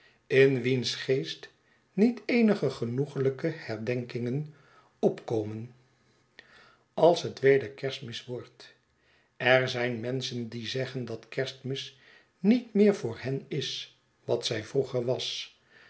in wiens geest niet eenige genoegltjke herdenkingen opkomen als het weder kerstmis wordt er zijn menschen die zeggen dat de kerstmis niet meer voor hen is wat zij vroeger was